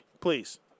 Please